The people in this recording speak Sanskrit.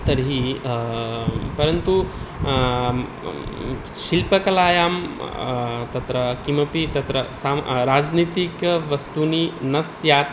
तर्हि परन्तु शिल्पकलायां तत्र किमपि तत्र साम् राजनीतिकवस्तूनि न स्यात्